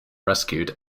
rescued